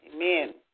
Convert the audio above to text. Amen